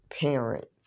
parents